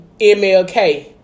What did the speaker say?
MLK